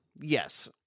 Yes